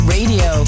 Radio